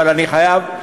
אבל אני חייב,